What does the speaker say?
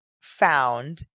found –